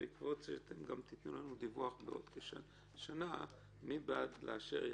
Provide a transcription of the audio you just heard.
ואתם תתנו לנו דיווח בעוד כשנה, מי בעד האישור?